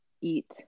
eat